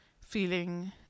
feeling